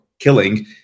killing